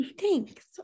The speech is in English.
Thanks